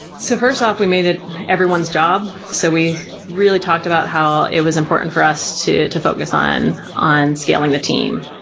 so first off, we made it everyone's job. so we really talked about how it was important for us to to focus on on scaling the team.